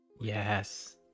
Yes